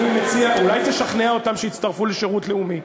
אולי תשכנע אותם שיצטרפו לשירות לאומי?